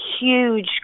huge